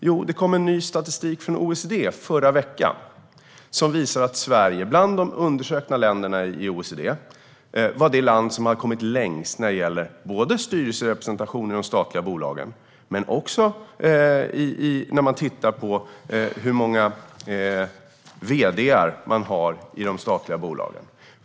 I förra veckan kom ny statistik från OECD som visar att Sverige, bland de undersökta länderna i OECD, var det land som hade kommit längst både när det gäller styrelserepresentation i de statliga bolagen och när man tittar på antalet vd:ar i de statliga bolagen.